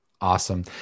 Awesome